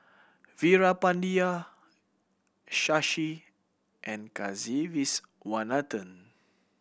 Veerapandiya Shashi and Kasiviswanathan